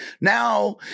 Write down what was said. Now